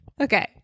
Okay